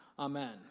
Amen